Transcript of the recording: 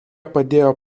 padėjo